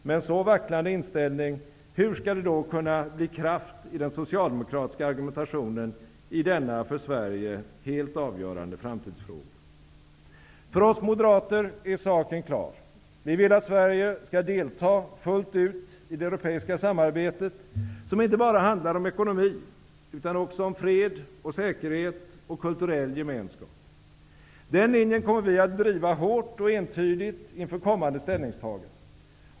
Med en så vacklande inställning, hur skall det då kunna bli kraft i den socialdemokratiska argumentationen i denna för Sverige helt avgörande framtidsfråga? För oss moderater är saken klar. Vi vill att Sverige skall delta fullt ut i det europeiska samarbetet, som inte bara handlar om ekonomi utan också om fred och säkerhet och kulturell gemenskap. Den linjen kommer vi att driva hårt och entydigt inför kommande ställningstaganden.